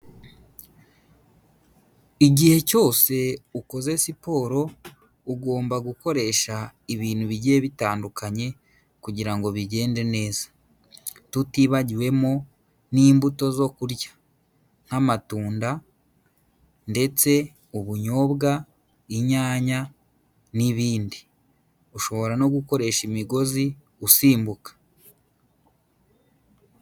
Igihe cyose ukoze siporo, ugomba gukoresha ibintu bigiye bitandukanye, kugira ngo bigende neza. Tutibagiwemo n'imbuto zo kurya. Nk'amatunda, ndetse ubunyobwa, inyanya n'ibindi. Ushobora no gukoresha imigozi usimbuka.